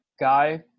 guy